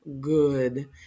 good